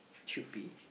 should be